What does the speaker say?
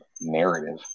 narrative